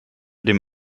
dem